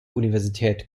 universität